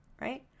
right